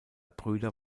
brüder